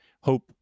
Hope